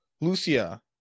Lucia